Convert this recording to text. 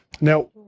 Now